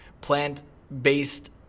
plant-based